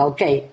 Okay